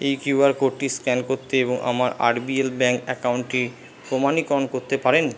এই কিউআর কোডটি স্ক্যান করতে এবং আমার আরবিএল ব্যাঙ্ক অ্যাকাউন্টটি প্রমাণীকরণ করতে পারেন